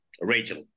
Rachel